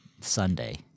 sunday